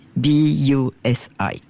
B-U-S-I